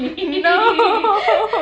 no